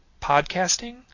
podcasting